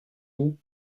vous